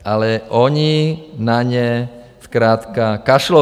Ale oni na ně zkrátka kašlou.